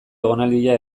egonaldia